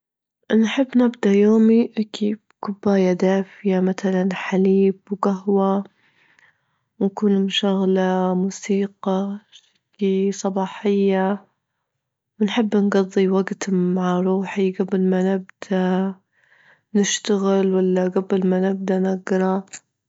نحب نبدأ يومي كي بكوباية دافية مثلا حليب وجهوة، ونكون مشغلة موسيقى هيكي صباحية، ونحب نجضي وجت مع روحي جبل ما نبدأ نشتغل، ولا جبل ما نبدأ نجرا.